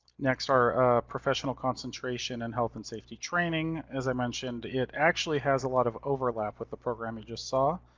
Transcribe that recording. next our professional concentration in health and safety training. as i mentioned, it actually has a lot of overlap with the program you just saw.